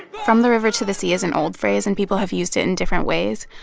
from the river to the sea is an old phrase. and people have used it in different ways.